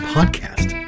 Podcast